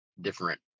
different